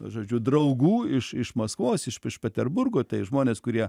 žodžiu draugų iš iš maskvos iš peterburgo tai žmonės kurie